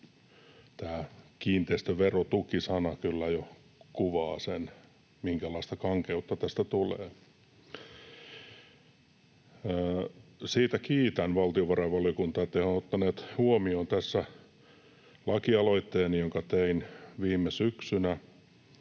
tämä kiinteistöverotuki-sana kyllä jo kuvaa sen, minkälaista kankeutta tästä tulee. Siitä kiitän valtiovarainvaliokuntaa, että he ovat ottaneet huomioon tässä lakialoitteeni, jonka tein viime syksynä,